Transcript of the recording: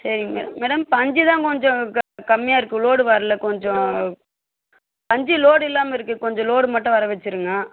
சரிங்க madam madam பஞ்சு தான் கொஞ்சம் க கம்மியாக இருக்குது லோடு வரல கொஞ்சம் பஞ்சு லோடு இல்லாமல் இருக்குது கொஞ்சம் லோடு மட்டும் வர வச்சிருங்க